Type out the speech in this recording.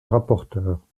rapporteur